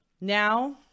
now